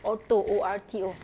ORTO O R T O